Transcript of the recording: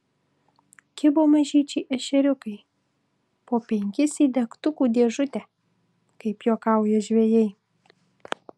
kibo mažyčiai ešeriukai po penkis į degtukų dėžutę kaip juokauja žvejai